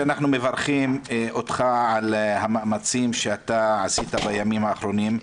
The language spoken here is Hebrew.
שאנחנו מברכים אותך על המאמצים שאתה עשית בימים האחרונים,